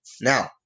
Now